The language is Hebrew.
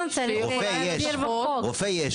רופא יש,